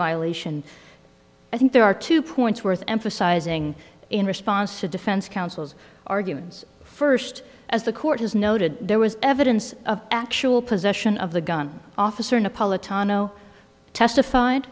violation i think there are two points worth emphasizing in response to defense counsel's arguments first as the court has noted there was evidence of actual possession of the gun officer